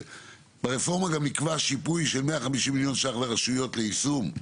ברפורמה גם נקבע שיפוי של 150 מיליון ש"ח לרשויות היישום.